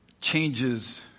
changes